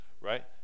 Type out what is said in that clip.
Right